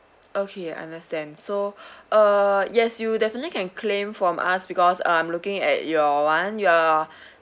okay understand so uh yes you'll definitely can claim from us because I'm looking at your [one] your